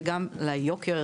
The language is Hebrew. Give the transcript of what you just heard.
וגם ליוקר